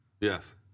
Yes